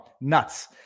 Nuts